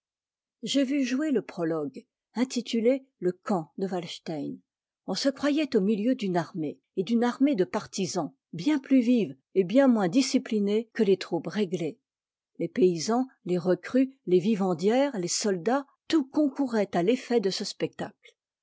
j'ai vu jouer le prologue intitulé le camp de a emt on se croyait au milieu d'une armée et d'une armée de partisans bien plu's vive et bien moins disciplinée que les troupes réglée les paysans les recrues tes vivandières les soldats tout concourait à l'effet de ce spectacle